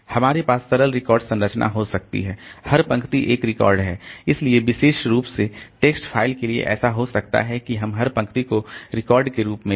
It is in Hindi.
हमारे पास सरल रिकॉर्ड संरचना हो सकती है हर पंक्ति एक रिकॉर्ड है इसलिए विशेष रूप से टेक्स्ट फ़ाइल के लिए ऐसा हो सकता है कि हम हर पंक्ति को रिकॉर्ड के रूप में लें